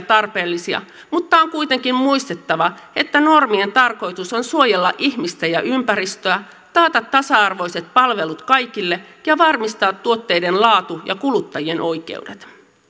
tarpeellisia mutta on kuitenkin muistettava että normien tarkoitus on suojella ihmistä ja ympäristöä taata tasa arvoiset palvelut kaikille ja varmistaa tuotteiden laatu ja kuluttajien oikeudet